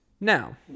Now